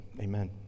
amen